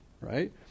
right